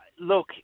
Look